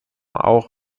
auch